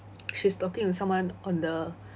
she's talking with someone on the